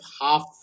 half